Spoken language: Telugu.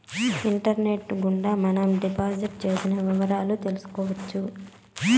ఇంటర్నెట్ గుండా మనం డిపాజిట్ చేసిన వివరాలు తెలుసుకోవచ్చు